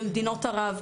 במדינות ערב,